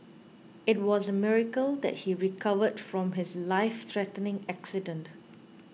it was a miracle that he recovered from his lifethreatening accident